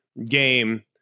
game